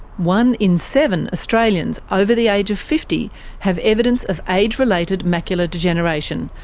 one in seven australians over the age of fifty have evidence of age-related macular degeneration,